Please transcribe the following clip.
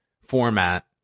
format